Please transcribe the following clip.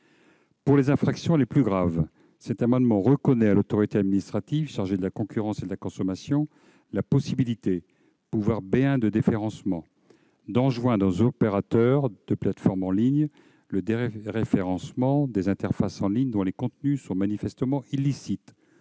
Pour les infractions les plus graves, cet amendement reconnaît à l'autorité administrative chargée de la concurrence et de la consommation la possibilité- pouvoir B1 de déréférencement -d'enjoindre aux opérateurs de plateformes en ligne le déréférencement des interfaces en ligne dont les contenus sont manifestement illicites,